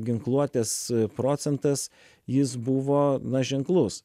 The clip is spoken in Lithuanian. ginkluotės procentas jis buvo na ženklus